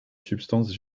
substances